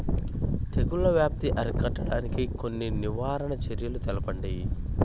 తెగుళ్ల వ్యాప్తి అరికట్టడానికి కొన్ని నివారణ చర్యలు తెలుపండి?